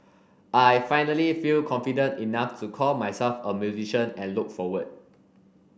I finally feel confident enough to call myself a musician and look forward